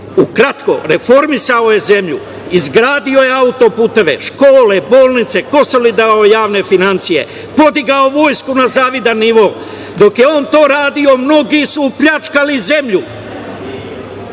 Vučić. Ukratko, reformisao je zemlju, izgradio je autoputeve, škole, bolnice, konsolidovao javne finansije, podigao vojsku na zavidan nivo. Dok je on to radio mnogi su pljačkali zemlju,